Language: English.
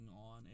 on